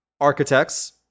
Architects